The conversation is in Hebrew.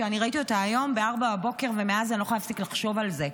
שאני ראיתי אותה היום ב-04:00 ומאז אני לא יכולה להפסיק לחשוב על זה,